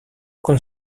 con